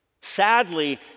Sadly